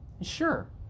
sure